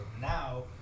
Now